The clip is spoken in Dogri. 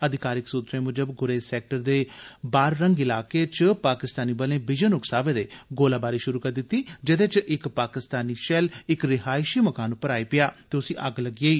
अधिकारिक सूत्रें मुजब गुरेज सैक्टर दे बागरंग इलाके च पाकिस्तानी बलें बिजन उक्सावे दे गोलाबारी शुरू करी दिती जेदे च इक पाकिस्तानी शैल इक रिहाइशी मकान पर आई पेया ते उस्सी अग्ग लग्गी गेई